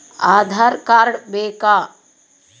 Aadhaar card ಬೇಕಾ?